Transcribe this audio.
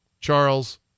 Charles